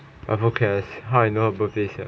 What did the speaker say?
I forecast how I know her birthday sia